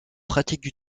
pratiques